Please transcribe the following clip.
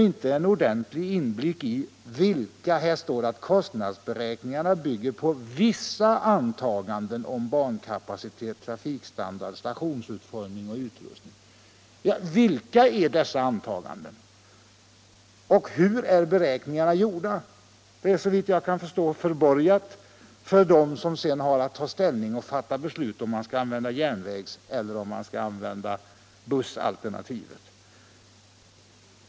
I svaret sägs: ”Kostnadsberäkningen bygger på vissa antaganden om bankapacitet, trafikstandard, stationsutformning och utrustning.” Vilka är dessa antaganden? Och hur är beräkningarna gjorda? Det är såvitt jag förstår förborgat för dem som sedan skall ta ställning och fatta beslut om de skall använda järnvägseller bussalternativet.